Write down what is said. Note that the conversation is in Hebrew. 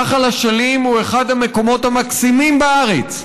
נחל אשלים הוא אחד המקומות המקסימים בארץ,